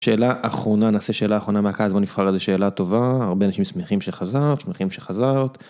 שאלה אחרונה, נעשה שאלה אחרונה מהקהל, אז בוא נבחר איזה שאלה טובה, הרבה אנשים שמחים שחזרת, שמחים שחזרת.